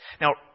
Now